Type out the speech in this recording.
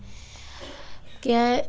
क्या है